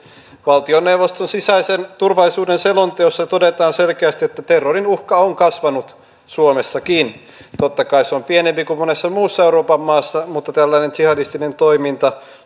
valtioneuvoston sisäisen turvallisuuden selonteossa todetaan selkeästi että terrorin uhka on kasvanut suomessakin totta kai se on pienempi kuin monessa muussa euroopan maassa mutta tällainen jihadistinen toiminta suomen